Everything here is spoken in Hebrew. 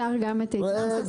נעם, עמדת האוצר בנושא, בבקשה.